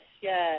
yes